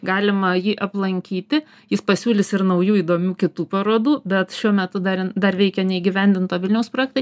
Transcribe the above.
galima jį aplankyti jis pasiūlys ir naujų įdomių kitų parodų bet šiuo metu dar dar veikia neįgyvendinto vilniaus projektai